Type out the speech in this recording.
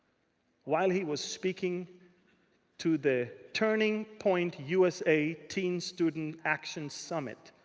while he was speaking to the turning point usa team student action summit.